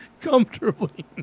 comfortably